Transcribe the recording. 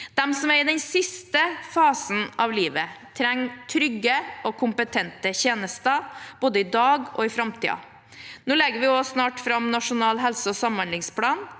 De som er i den siste fasen av livet, trenger trygge og kompetente tjenester, både i dag og i framtiden. Vi legger nå snart fram Nasjonal helse- og samhandlingsplan.